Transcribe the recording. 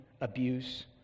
abuse